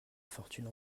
fortune